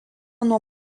nuo